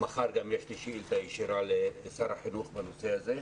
מחר גם יש לי שאילתה ישירה לשר החינוך בנושא הזה.